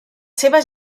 seves